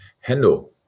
Hello